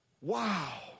Wow